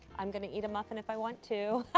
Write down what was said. i'm going to eat a muffin if i want to.